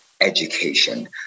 education